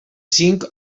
cinc